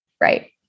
right